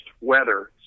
weather